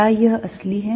क्या यह असली है